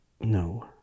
no